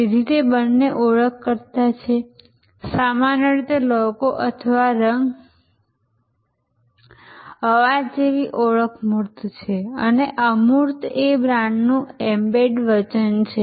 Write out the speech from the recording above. તેથી તે બંને ઓળખકર્તા છે સામાન્ય રીતે લોગો અથવા રંગ અથવા અવાજ જેવી ઓળખ મૂર્ત છે અને અમૂર્ત એ બ્રાન્ડનું એમ્બેડેડ વચન છે